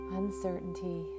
uncertainty